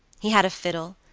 he had a fiddle,